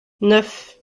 neuf